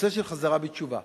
נושא של חזרה בתשובה.